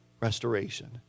restoration